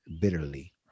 bitterly